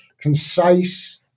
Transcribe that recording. concise